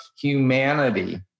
humanity